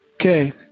Okay